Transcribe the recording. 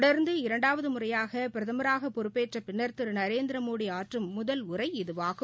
தொடர்ந்து இரண்டாவது முறையாக பிரதமராக பொறுப்பேற்ற பின்னர் திரு நரேந்திர மோடி ஆற்றும் முதல் உரை இதுவாகும்